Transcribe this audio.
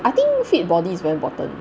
I think fit body is very important